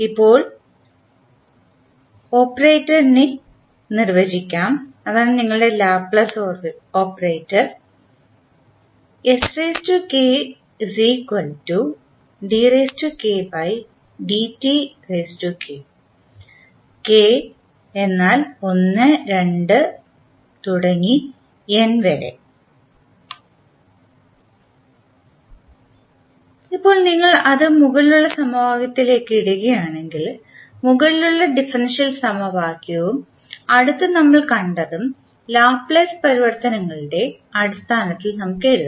ഇപ്പോൾ ഒരു ഓപ്പറേറ്ററെ നിർവചിക്കാം അതാണ് നിങ്ങളുടെ ലാപ്ലേസ് ഓപ്പറേറ്റർ ഇപ്പോൾ നിങ്ങൾ അത് മുകളിലുള്ള സമവാക്യത്തിലേക്ക് ഇടുകയാണെങ്കിൽ മുകളിലുള്ള ഡിഫറൻഷ്യൽ സമവാക്യവും അടുത്ത് നമ്മൾ കണ്ടതും ലാപ്ലേസ് പരിവർത്തനങ്ങളുടെ അടിസ്ഥാനത്തിൽ നമുക്ക് എഴുതാം